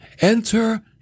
enter